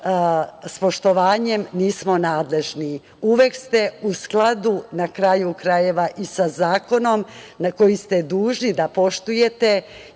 S poštovanjem, nismo nadležni. Uvek ste u skladu, na kraju krajeva, i sa zakonom koji ste dužni da poštujete